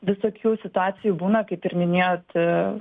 visokių situacijų būna kaip ir minėjot